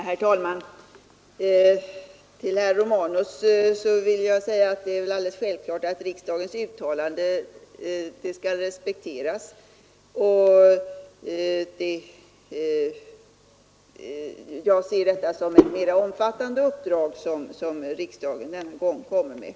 Herr talman! Till herr Romanus vill jag säga att det är alldeles självklart att riksdagens uttalande skall respekteras. Jag ser det som ett mera omfattande uppdrag som riksdagen denna gång kommer med.